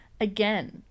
again